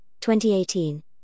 2018